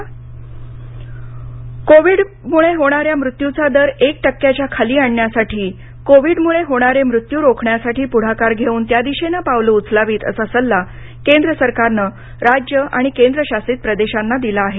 Covid कोविडमुळे होणाऱ्या मृत्यूचा दर एक टक्क्याच्या खाली आणण्यासाठी कोविडमुळे होणारे मृत्यू रोखण्यासाठी पुढाकार घेऊन त्या दिशेनं पावलं उचलावीत असा सल्ला केंद्र सरकारनं राज्य आणि केंद्रशासित प्रदेशांना दिला आहे